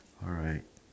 alright